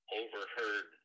overheard